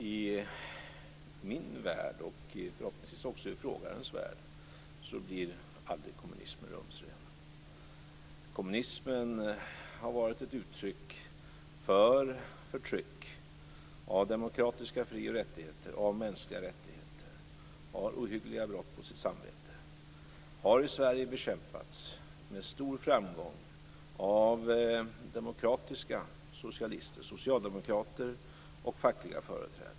Fru talman! I min värld, förhoppningsvis också i frågarens värld, blir kommunismen aldrig rumsren. Kommunismen har varit ett uttryck för förtryck av demokratiska fri och rättigheter och av mänskliga rättigheter och har ohyggliga brott på sitt samvete. Den har i Sverige bekämpats med stor framgång av demokratiska socialister, socialdemokrater och fackliga företrädare.